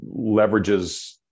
leverages